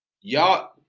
Y'all